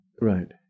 Right